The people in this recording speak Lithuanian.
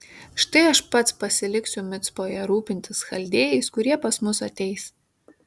štai aš pats pasiliksiu micpoje rūpintis chaldėjais kurie pas mus ateis